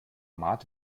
mat